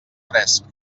fresc